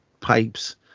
Pipes